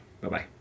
Bye-bye